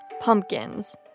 pumpkins